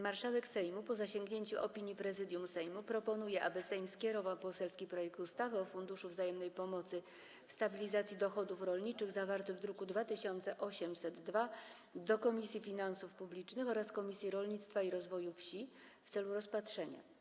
Marszałek Sejmu, po zasięgnięciu opinii Prezydium Sejmu, proponuje, aby Sejm skierował poselski projekt ustawy o Funduszu Wzajemnej Pomocy w Stabilizacji Dochodów Rolniczych, zawarty w druku nr 2802, do Komisji Finansów Publicznych oraz Komisji Rolnictwa i Rozwoju Wsi w celu rozpatrzenia.